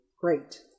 great